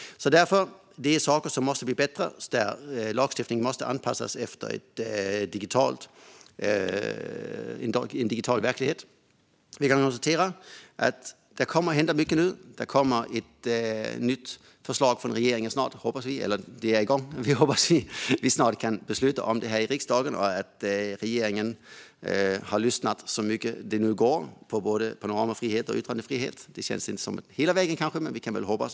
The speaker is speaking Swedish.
Det finns alltså saker som måste bli bättre. Lagstiftningen måste anpassas efter en digital verklighet. Vi kan konstatera att det kommer att hända mycket nu. Ett nytt förslag är på gång från regeringen. Vi hoppas att vi snart kan besluta om det här i riksdagen och att regeringen har lyssnat så mycket det nu går gällande både panoramafrihet och yttrandefrihet. Det känns kanske inte som hela vägen, men vi kan väl hoppas.